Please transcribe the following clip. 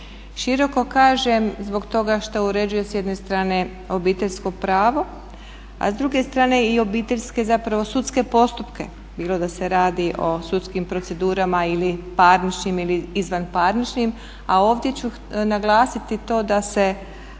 Široko kažem zbog toga što uređuje s jedne strane obiteljsko pravo, a s druge strane i obiteljske zapravo sudske postupke bilo da se radi o sudskim procedurama ili parničnim ili izvanparničnim a ovdje ću naglasiti to da se